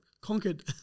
conquered